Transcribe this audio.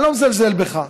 אני לא מזלזל בך.